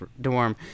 dorm